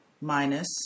minus